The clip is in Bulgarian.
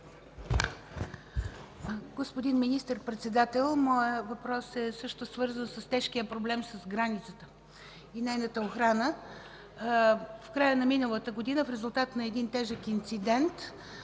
моят въпрос е също свързан с тежкия проблем с границата и нейната охрана. В края на миналата година в резултат на тежък инцидент